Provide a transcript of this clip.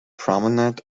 promenade